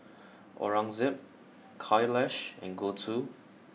Aurangzeb Kailash and Gouthu